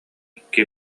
икки